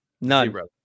None